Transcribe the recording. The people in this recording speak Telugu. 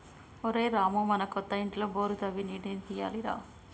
ఒరేయ్ రామూ మన కొత్త ఇంటిలో బోరు తవ్వి నీటిని తీయాలి రా